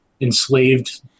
enslaved